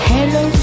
Hello